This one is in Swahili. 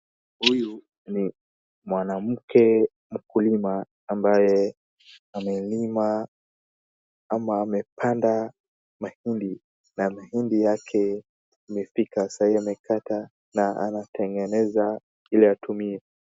Huyu ni mwanamke mkulima ambaye amelima ama amepanda mahindi, na mahindi yake imepika sahii amekata na anatengeneza ili atumie.